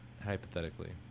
Hypothetically